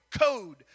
code